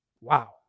Wow